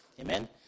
Amen